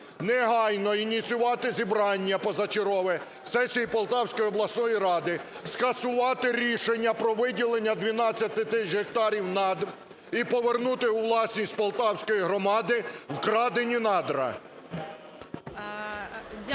негайно ініціювати зібрання позачергове сесії Полтавської обласної ради, скасувати рішення про виділення 12 тисяч гектарів надр і повернути у власність полтавської громади вкрадені надра.